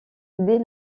dès